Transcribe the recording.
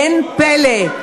אין פלא,